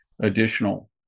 additional